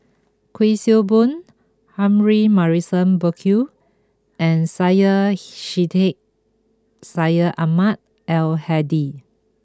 Kuik Swee Boon Humphrey Morrison Burkill and Syed Sheikh Syed Ahmad Al Hadi